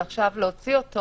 ועכשיו להוציא אותו